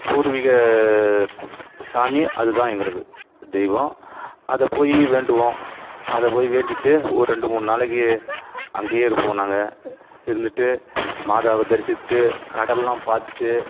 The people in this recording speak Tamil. பூர்வீக சாமி அது தான் எங்களுக்கு தெய்வம் அதை போய் வேண்டுவோம் அதை போய் வேண்டிகிட்டு ஒரு ரெண்டு மூணு நாளைக்கு அங்கேயே இருப்போம் நாங்கள் இருந்துட்டு மாதாவை தரிசிச்சுட்டு கடலெலாம் பார்த்துட்டு